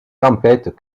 tempêtes